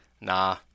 Nah